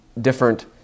different